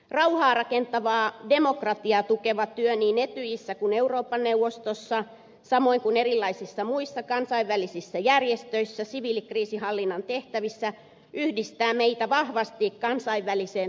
rauhaa rakentava demokratiaa tukeva työ niin etyjissä kuin euroopan neuvostossa samoin kuin erilaisissa muissa kansainvälisissä järjestöissä siviilikriisinhallinnan tehtävissä yhdistää meitä vahvasti kansainväliseen toimintaperheeseen